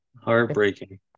Heartbreaking